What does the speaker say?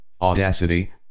audacity